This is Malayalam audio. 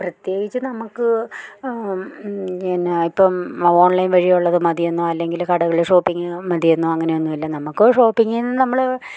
പ്രത്യേകിച്ച് നമുക്ക് പിന്നെ ഇപ്പം ഓൺലൈൻ വഴിയുള്ളത് മതിയെന്നോ അല്ലെങ്കില് കടകളിൽ ഷോപ്പിങ്ങ് മതിയെന്നോ അങ്ങനെയൊന്നുല്ല നമുക്ക് ഷോപ്പിങ്ങിൽ നിന്ന് നമ്മള്